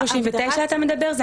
אתה מדבר על סעיף 39?